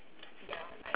cause grow up [what]